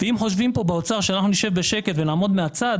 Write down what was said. אם חושבים באוצר שאנחנו נשב בשקט ונעמוד מהצד,